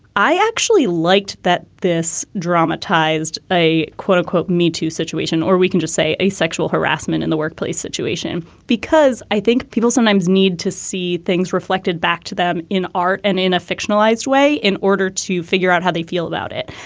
i actually liked that this dramatized a quote unquote m i two situation. or we can just say a sexual harassment in the workplace situation because i think people sometimes need to see things reflected back to them in art and in a fictionalised way in order to figure out how they feel about it.